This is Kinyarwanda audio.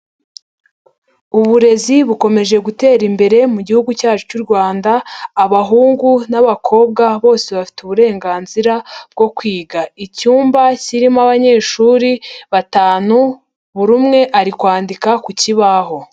Uburezi bukomeje gutera imbere mugi cyacu cy'u Rwanda, abahungu n'abakobwa bose bafite uburenganzira bwo kwiga. Icyumba kirimo abanyeshuri batanu, buri umwe ari kwandika ku kibaho.